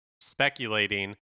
speculating